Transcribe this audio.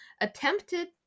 attempted